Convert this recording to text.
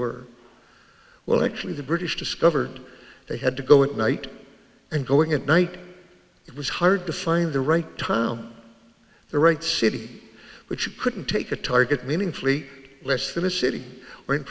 were well actually the british discovered they had to go in at night and going at night it was hard to find the right time the right city which you couldn't take a target meaningfully less than a city or in